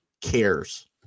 cares